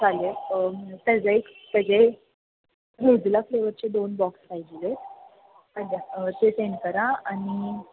चालेल त्याचे एक त्याचे रोझीला फ्लेवरचे दोन बॉक्स पाहिजे आहेत ते सेंड करा आणि